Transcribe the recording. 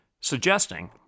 suggesting